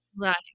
Right